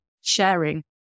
sharing